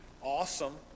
awesome